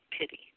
pity